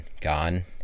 gone